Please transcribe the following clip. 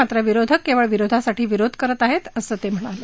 मात्र विरोधक केवळ विरोधासाठी विरोध करत आहेत असं ते म्हणाले